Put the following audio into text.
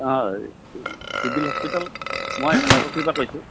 হয় civil hospital মই ৰাজাকফিৰ পৰা কৈছোঁ